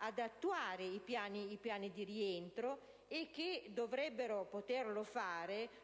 ad attuare i piani di rientro e che dovrebbero poterlo fare